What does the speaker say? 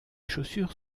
chaussures